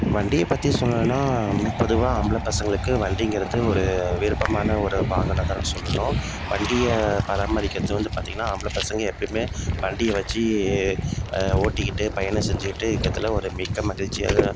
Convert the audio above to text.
வண்டியைப் பற்றி சொல்லணுன்னால் பொதுவாக ஆம்பள பசங்களுக்கு வண்டிங்கிறது ஒரு விருப்பமான ஒரு வாகனம் தான் சொல்லணும் வண்டியை பராமரிக்கிறது வந்து பார்த்தீங்கன்னா ஆம்பள பசங்கள் எப்பயுமே வண்டியை வச்சு ஓட்டிக்கிட்டு பயணம் செஞ்சுக்கிட்டு இருக்கத்துல ஒரு மிக்க மகிழ்ச்சியாக